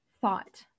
thought